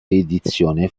edizione